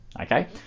okay